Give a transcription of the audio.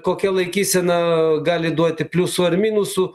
kokia laikysena gali duoti pliusų ar minusų